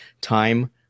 time